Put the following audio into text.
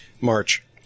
March